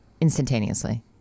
instantaneously